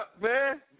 Man